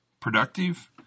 productive